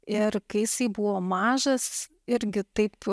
ir kai jisai buvo mažas irgi taip